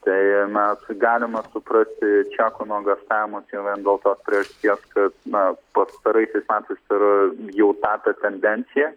tai mes galima suprasti čekų nuogąstavimus jau vien dėl tos priežasties kad na pastaraisiais metais ir jau tapę tendencija